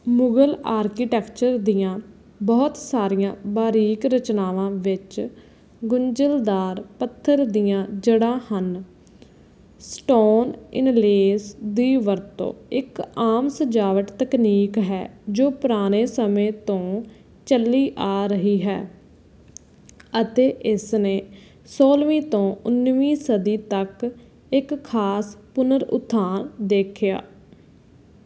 Mughal architecture ਦੀਆਂ ਬਹੁਤ ਸਾਰੀਆਂ ਬਾਰੀਕ ਰਚਨਾਵਾਂ ਵਿੱਚ ਗੁੰਝਲਦਾਰ ਪੱਥਰ ਦੀਆਂ ਜੜ੍ਹਾਂ ਹਨ ਸਟੋਨ ਇਨਲੇਅ ਦੀ ਵਰਤੋਂ ਇੱਕ ਆਮ ਸਜਾਵਟ ਤਕਨੀਕ ਹੈ ਜੋ ਪੁਰਾਣੇ ਸਮੇਂ ਤੋਂ ਚਲੀ ਆ ਰਹੀ ਹੈ ਅਤੇ ਇਸ ਨੇ ਸੌਲ੍ਹਵੀਂ ਤੋਂ ਉੱਨੀਵੀਂ ਸਦੀ ਤੱਕ ਇੱਕ ਖਾਸ ਪੁਨਰ ਉਥਾਨ ਦੇਖਿਆ